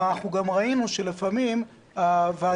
אבל אנחנו גם ראינו שלפעמים הוועדה